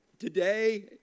Today